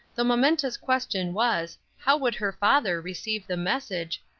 the momentous question was, how would her father receive the message,